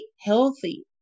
healthy